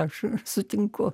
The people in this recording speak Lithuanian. aš sutinku